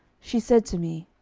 she said to me